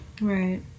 Right